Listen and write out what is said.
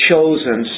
chosen